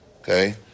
okay